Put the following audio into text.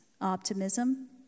optimism